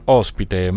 ospite